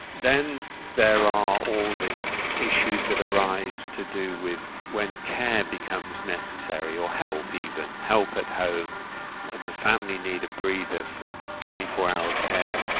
then there are all the issues that arise to do with when care becomes necessary, or help even, help at home and and the family need a breather from twenty four hour care,